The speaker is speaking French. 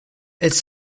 elles